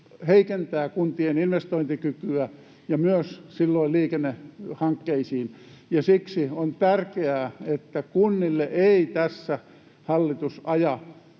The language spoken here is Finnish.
heikentää kuntien investointikykyä ja silloin myös liikennehankkeita. Siksi on tärkeää, että kunnille ei tässä hallitus aja